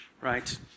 Right